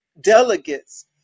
delegates